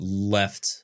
left